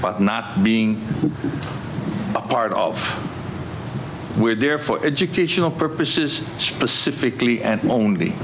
but not being a part of we're there for educational purposes specifically and